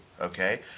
Okay